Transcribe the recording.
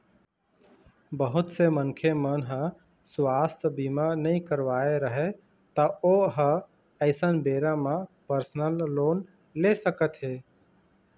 बहुत से मनखे मन ह सुवास्थ बीमा नइ करवाए रहय त ओ ह अइसन बेरा म परसनल लोन ले सकत हे